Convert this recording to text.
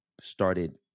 started